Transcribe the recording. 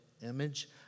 image